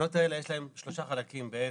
התקנות האלה יש להן שלושה חלקים בעצם.